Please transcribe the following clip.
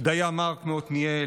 פדיה מרק מעתניאל,